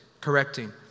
correcting